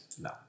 no